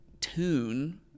tune